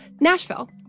Nashville